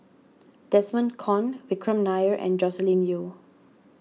Desmond Kon Vikram Nair and Joscelin Yeo